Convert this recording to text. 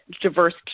diverse